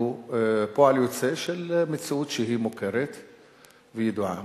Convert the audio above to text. פועל יוצא של מציאות שהיא מוכרת וידועה.